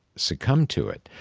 succumb to it.